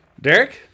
Derek